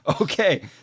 Okay